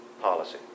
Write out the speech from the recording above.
policy